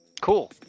Cool